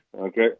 Okay